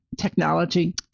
Technology